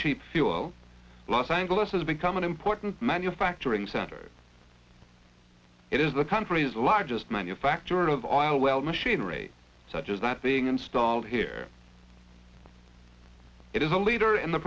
cheap fuel los angeles has become an important manufacturing center it is the country's largest manufacturer of oil well machinery such is that being installed here it is a leader in the